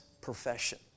profession